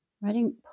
Writing